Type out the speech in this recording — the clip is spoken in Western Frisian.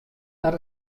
mar